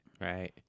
Right